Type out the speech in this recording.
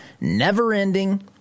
never-ending